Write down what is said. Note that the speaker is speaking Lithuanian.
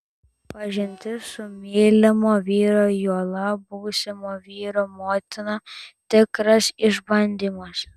pažintis su mylimo vyro juolab būsimo vyro motina tikras išbandymas